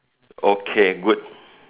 okay good